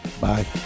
Bye